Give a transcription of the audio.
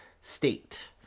state